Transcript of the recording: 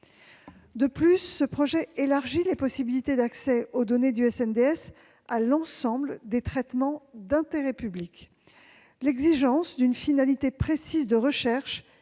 De plus, ce projet élargit les possibilités d'accès aux données du SNDS à l'ensemble des traitements d'intérêt public. L'exigence d'une finalité précise de recherche,